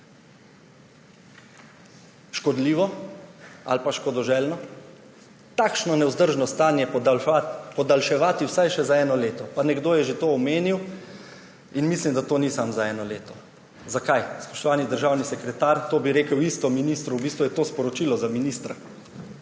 škodljivo ali pa škodoželjno, takšno nevzdržno stanje podaljševati vsaj še za eno leto. Pa nekdo je že to omenil, in mislim, da to ni samo za eno leto. Zakaj? Spoštovani državni sekretar, to bi rekel isto ministru, v bistvu je to sporočilo za ministra,